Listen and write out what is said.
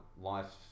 life